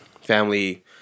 family